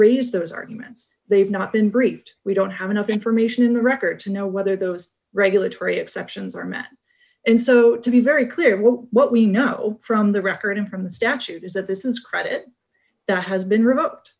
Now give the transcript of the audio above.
raised those arguments they have not been briefed we don't have enough information in the record to know whether those regulatory exceptions are met and so to be very clear what what we know from the record and from the statute is that this is credit that has been r